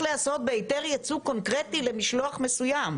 להיעשות בהיתר יצוא קונקרטי למשלוח מסוים.